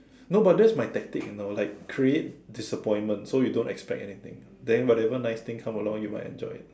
no but that's my tactic you know like create disappointment so you don't expect anything then whatever nice thing come along you might enjoy it